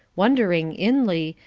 wondering, inly,